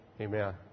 Amen